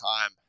time